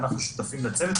ואנחנו שותפים לצוות.